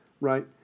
Right